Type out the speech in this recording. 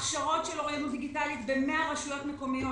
הכשרות של אוריינות דיגיטלית ב-100 רשויות מקומיות,